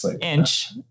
Inch